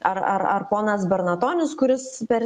ar ar ar ponas bernatonis kuris per